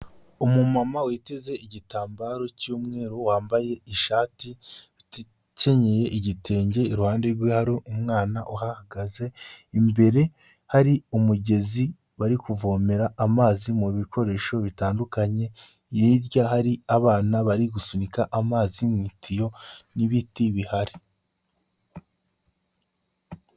Umumama witeze igitambaro cy'umweru, wambaye ishati, ukenyeye igitenge iruhande rwe hari umwana uhahagaze, imbere hari umugezi bari kuvomera amazi mu bikoresho bitandukanye hirya hari abana bari gusunika amazi mu tiyo n'ibiti bihari.